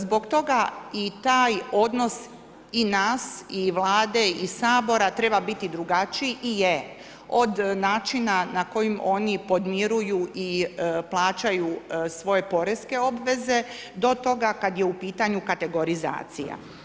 Zbog toga i taj odnos i nas i Vlade i Sabora treba biti drugačiji i je od načina na koji oni podmiruju i plaćaju svoje porezne obaveze do toga kad je u pitanju kategorizacija.